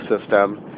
system